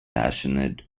passionate